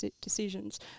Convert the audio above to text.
decisions